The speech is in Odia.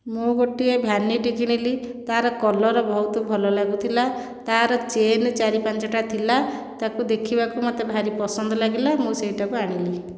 ମୁଁ ଗୋଟିଏ ଭ୍ୟାନିଟି କିଣିଲି ତାର କଲର ବହୁତ ଭଲ ଲାଗୁଥିଲା ତାର ଚେନ ଚାରି ପାଞ୍ଚଟା ଥିଲା ତାକୁ ଦେଖିବାକୁ ମୋତେ ଭାରି ପସନ୍ଦ ଲାଗିଲା ମୁଁ ସେଇଟାକୁ ଆଣିଲି